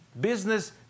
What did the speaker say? business